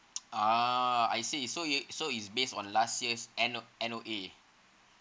ah I see so it so is based on last year N_O~ N_O_A